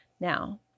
now